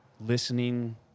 listening